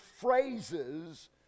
phrases